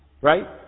Right